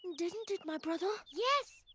didn't it, my brother? yes!